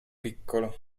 piccolo